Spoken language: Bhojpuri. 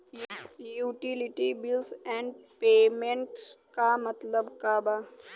यूटिलिटी बिल्स एण्ड पेमेंटस क मतलब का बा?